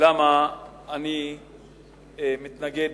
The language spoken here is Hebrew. למה אני מתנגד